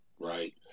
right